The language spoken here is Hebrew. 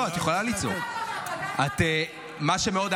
לא, את יכולה לצעוק.